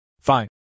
Fine